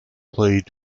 played